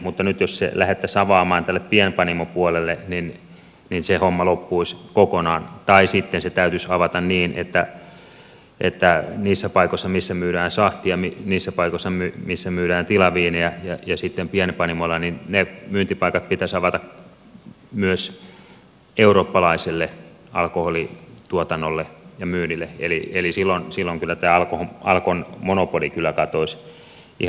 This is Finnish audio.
mutta nyt jos sitä lähdettäisiin avaamaan tälle pienpanimopuolelle niin se homma loppuisi kokonaan tai sitten se täytyisi avata niin että niissä paikoissa missä myydään sahtia niissä paikoissa missä myydään tilaviiniä ja sitten pienpanimoilla ne myyntipaikat pitäisi avata myös eurooppalaiselle alkoholituotannolle ja myynnille eli silloin kyllä tämä alkon monopoli katoaisi ihan varmasti